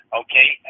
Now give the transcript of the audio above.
okay